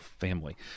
family